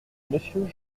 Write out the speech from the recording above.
monsieur